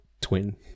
Twin